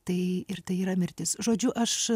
tai ir tai yra mirtis žodžiu aš